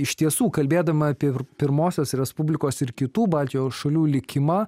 iš tiesų kalbėdama apie pirmosios respublikos ir kitų baltijos šalių likimą